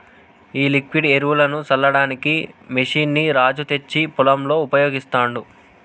ఈ లిక్విడ్ ఎరువులు సల్లడానికి మెషిన్ ని రాజు తెచ్చి పొలంలో ఉపయోగిస్తాండు